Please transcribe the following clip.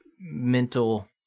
mental